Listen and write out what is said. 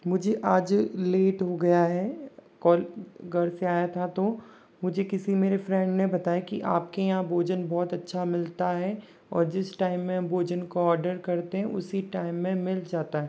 मुझे आज लेट हो गया है कॉल घर से आया था तो मुझे किसी मेरे किसी फ्रेंड ने बताया कि आप के यहाँ भोजन बहुत अच्छा मिलता है और जिस टाइम में भोजन को ऑर्डर करते हैं उसी टाइम में मिल जाता है